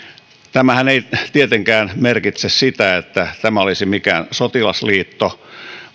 tämähän ei tietenkään merkitse sitä että tämä olisi mikään sotilasliitto